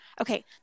Okay